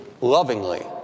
lovingly